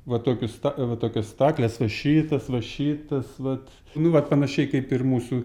va tokius tokios staklės va šitas va šitas vat nu vat panašiai kaip ir mūsų